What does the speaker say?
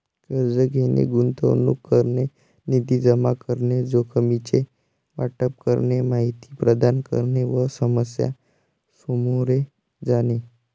कर्ज घेणे, गुंतवणूक करणे, निधी जमा करणे, जोखमीचे वाटप करणे, माहिती प्रदान करणे व समस्या सामोरे जाणे